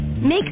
Make